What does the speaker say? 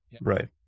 Right